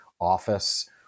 office